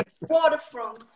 Waterfront